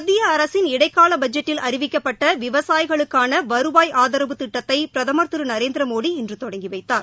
மத்திய அரசின் இடைக்கால பட்ஜெட்டில் அறிவிக்கப்பட்ட விவசாயிகளுக்கான வருவாய் ஆதரவு திட்டத்தை பிரதமர் திரு நரேந்திர மோடி இன்று தொடங்கி வைத்தார்